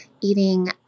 eating